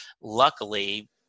luckily